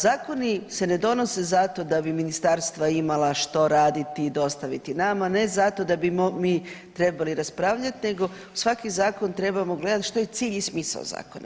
Zakoni se ne donose zato da bi ministarstva imala što raditi i dostaviti nama, ne zato da bi mi trebali raspravljat nego svaki zakon trebamo gledat što je cilj i smisao zakona.